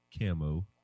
camo